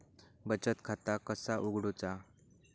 बचत खाता कसा उघडूचा?